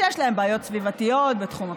שיש להם בעיות סביבתיות בתחום הפסולת,